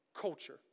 culture